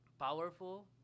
Powerful